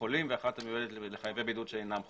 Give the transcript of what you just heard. לחולים ואחת המיועדת לחייבי בידוד שאינם חולים.